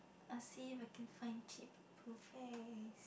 I will see if I can find cheap buffet